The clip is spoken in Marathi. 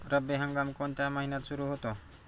रब्बी हंगाम कोणत्या महिन्यात सुरु होतो?